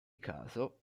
caso